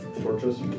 torches